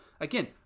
Again